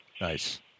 Nice